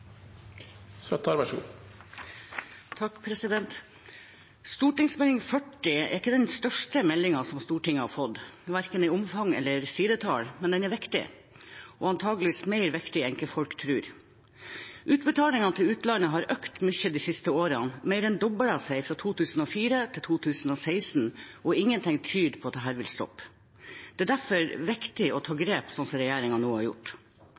ordet, har en taletid på inntil 3 minutter. Denne meldingen er ikke den største meldingen som Stortinget har fått, verken i omfang eller i sidetall, men den er viktig, antagelig viktigere enn folk tror. Utbetalingene til utlandet har økt mye de siste årene, mer enn doblet seg fra 2004 til 2016, og ingenting tyder på at dette vil stoppe. Det er derfor viktig å ta grep, slik regjeringen nå har gjort.